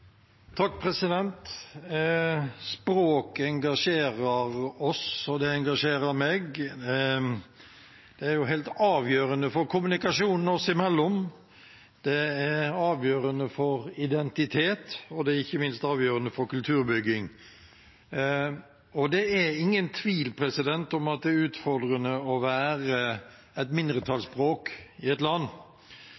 helt avgjørende for kommunikasjonen oss imellom, det er avgjørende for identitet, og det er ikke minst avgjørende for kulturbygging. Det er ingen tvil om at det er utfordrende å være et